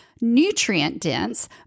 nutrient-dense